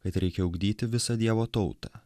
kad reikia ugdyti visą dievo tautą